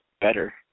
better